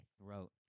throat